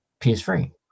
PS3